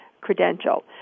credential